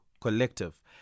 collective